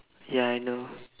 ya I know